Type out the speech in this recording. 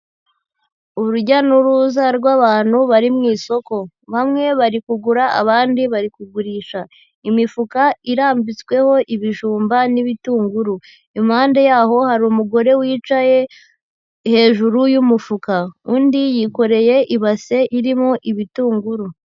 Urujya n'uruza rw'abantu bari mu isoko. Bamwe bari kugura, abandi bari kugurisha. Imifuka irambitsweho ibijumba n'ibitunguru. Impande yaho hari umugore wicaye hejuru y'umufuka. Undi yikoreye ibase irimo ibitunguru.